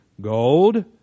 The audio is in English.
Gold